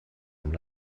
amb